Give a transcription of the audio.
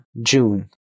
June